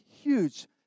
huge